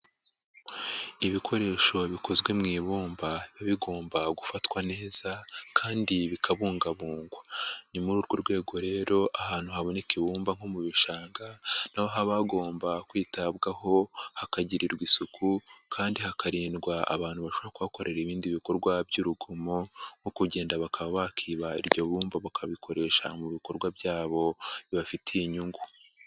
Ibikoresho bikozwe mu ibumbaba bigomba gufatwa neza kandi bikabungabungwa, ni muri urwo rwego rero ahantu haboneka ibumba nko mu bishanga, na ho haba hagomba kwitabwaho hakagirirwa isuku kandi hakarindwa abantu bashobora kuhakorera ibindi bikorwa by'urugomo, nko kugenda bakaba bakiba iryo bumba bakabikoresha mu bikorwa byabo bibafitiye inyungu.